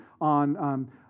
on